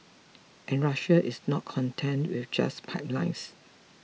and Russia is not content with just pipelines